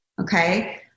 okay